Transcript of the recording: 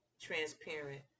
transparent